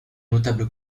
notable